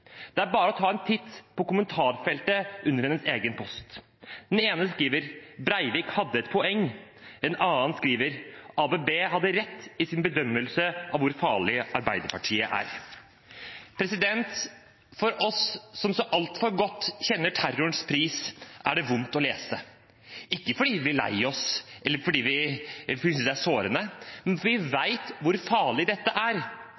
Det er bare å ta en titt på kommentarfeltet under hennes egen post. Én skriver at Breivik hadde et poeng. En annen skriver at ABB hadde rett i sin bedømmelse av hvor farlig Arbeiderpartiet er. For oss som så altfor godt kjenner terrorens pris, er det vondt å lese – ikke fordi vi blir lei oss, eller fordi vi synes det er sårende, men fordi vi vet hvor farlig dette er.